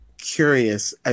curious